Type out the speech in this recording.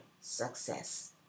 success